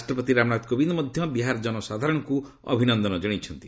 ରାଷ୍ଟ୍ରପତି ରାମନାଥ କୋବିନ୍ଦ ମଧ୍ୟ ବିହାରର ଜନସାଧାରଣଙ୍କୁ ଅଭିନନ୍ଦନ ଜଣାଇଛନ୍ତି